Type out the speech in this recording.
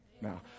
Now